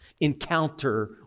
Encounter